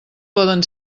poden